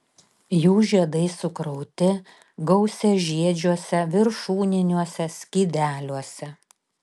jų žiedai sukrauti gausiažiedžiuose viršūniniuose skydeliuose